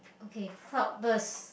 okay cloud burst